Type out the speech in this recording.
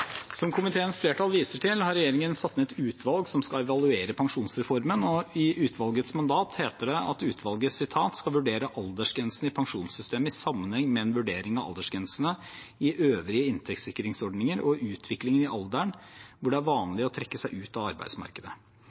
Som komiteens flertall viser til, har regjeringen satt ned et utvalg som skal evaluere pensjonsreformen. I utvalgets mandat heter det at utvalget «skal vurdere aldersgrensene i pensjonssystemet i sammenheng med en vurdering av aldersgrensene i øvrige inntektssikringsordninger og utviklingen i alderen hvor det er vanlig å trekke seg ut av arbeidsmarkedet».